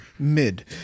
mid